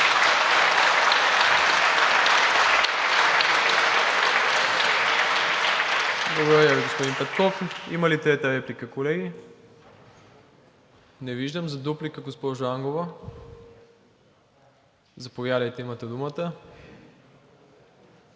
Благодаря Ви, господин Петков. Има ли трета реплика, колеги? Не виждам. Дуплика, госпожо Ангова? Заповядайте.